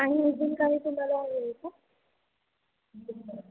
आणि अजून काही तुम्हाला काही हवं आहे का